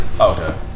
Okay